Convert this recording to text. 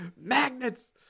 Magnets